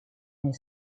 они